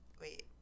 wait